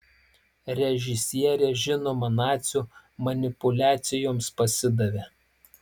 režisierė žinoma nacių manipuliacijoms pasidavė